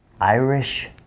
Irish